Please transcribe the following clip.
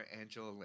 Angela